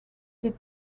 did